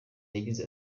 yagize